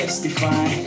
Testify